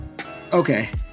Okay